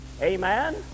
Amen